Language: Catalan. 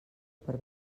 per